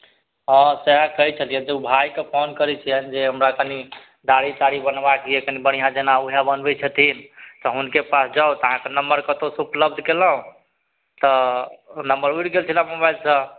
हँ सएह कहै छलिअनि तऽ ओ भाइके फोन करै छिअनि जे हमरा कनि दाढ़ी ताढ़ी बनबेबाक यऽ कनि बढ़िआँ जेना वएह बनबै छथिन तऽ हुनके पास जाउ तऽ अहाँके नम्बर कतहुसँ उपलब्ध कएलहुँ तऽ नम्बर उड़ि गेल छलै मोबाइलसँ